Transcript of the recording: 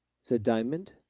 said diamond.